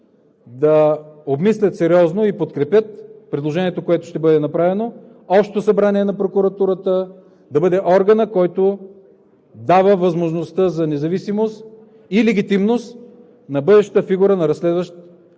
да обмислят сериозно и подкрепят предложението, което ще бъде направено: Общото събрание на Прокуратурата да бъде органът, който дава възможност за независимост и легитимност на бъдещата фигура на разследващия